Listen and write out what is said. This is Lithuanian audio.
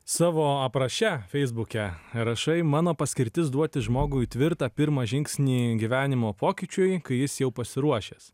savo apraše feisbuke rašai mano paskirtis duoti žmogui tvirtą pirmą žingsnį gyvenimo pokyčiui kai jis jau pasiruošęs